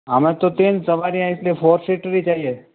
हमें तो तीन सवारियां है इसलिए फोर सीटर ही चाहिए